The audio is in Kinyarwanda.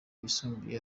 yisumbuye